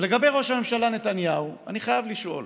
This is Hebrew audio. ולגבי ראש הממשלה נתניהו, אני חייב לשאול.